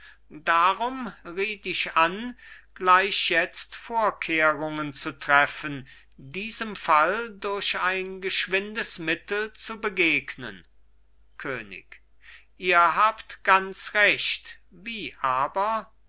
darum riet ich an gleich jetzt vorkehrungen zu treffen diesem fall durch ein geschwindes mittel zu begegnen könig ihr habt ganz recht wie aber